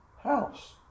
house